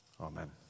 Amen